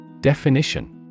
Definition